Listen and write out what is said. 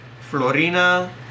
Florina